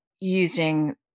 using